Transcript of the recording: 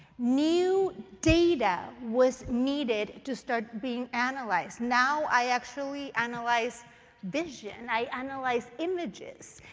new data was needed to start being analyzed. now i actually analyze vision. i analyze images.